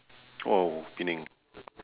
oh penang